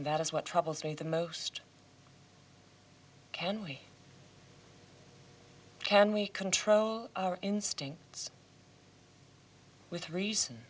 that is what troubles me the most can we can we control our instincts with reason